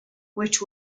which